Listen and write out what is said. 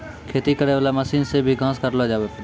खेती करै वाला मशीन से भी घास काटलो जावै पाड़ै